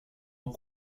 aux